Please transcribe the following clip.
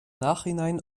nachhinein